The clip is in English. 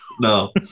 No